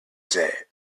say